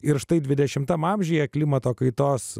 ir štai dvidešimtam amžiuje klimato kaitos